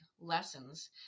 lessons